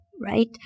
right